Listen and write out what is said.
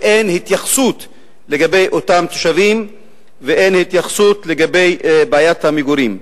ואין התייחסות לאותם תושבים ואין התייחסות לבעיית המגורים.